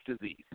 disease